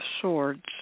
Swords